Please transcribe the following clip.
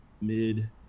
Mid